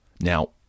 Now